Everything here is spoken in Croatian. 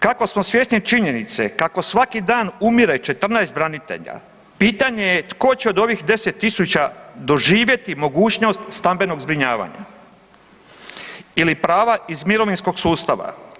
Kako smo svjesni činjenice kako svaki dan umire 14 branitelja pitanje je tko će od ovih 10 000 doživjeti mogućnost stambenog zbrinjavanja ili prava iz mirovinskog sustava?